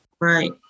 Right